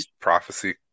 prophecy